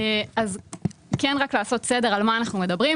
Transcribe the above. רק לעשות סדר ולומר על מה אנחנו מדברים.